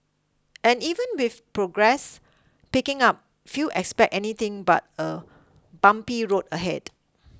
and even with progress picking up few expect anything but a bumpy road ahead